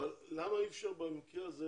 למה אי אפשר במקרה הזה